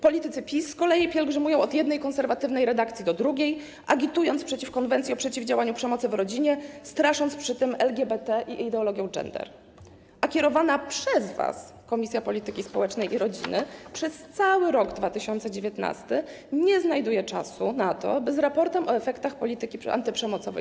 Politycy PiS z kolei pielgrzymują od jednej konserwatywnej redakcji do drugiej, agitując przeciw konwencji o przeciwdziałaniu przemocy w rodzinie, strasząc przy tym LGBT i ideologią gender, a kierowana przez was Komisja Polityki Społecznej i Rodziny przez cały rok 2019 nie znajduje czasu na to, by zapoznać się z raportem o efektach polityki antyprzemocowej.